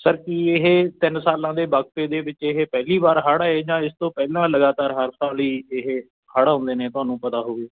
sir ਕੀ ਇਹ ਤਿੰਨ ਸਾਲਾਂ ਦੇ ਵਕਤ ਦੇ ਵਿੱਚ ਇਹ ਪਹਿਲੀ ਵਾਰ ਹੜ੍ਹ ਆਏ ਜਾਂ ਇਸ ਤੋਂ ਪਹਿਲਾਂ ਲਗਾਤਾਰ ਹਰ ਸਾਲ ਹੀ ਇਹ ਹੜ੍ਹ ਆਉਂਦੇ ਨੇ ਤੁਹਾਨੂੰ ਪਤਾ ਹੋਵੇ